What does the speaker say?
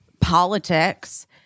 politics